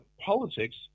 politics